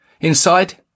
Inside